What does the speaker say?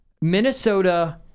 Minnesota